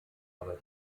aber